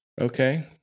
Okay